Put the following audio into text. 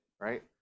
right